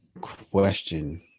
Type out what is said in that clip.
question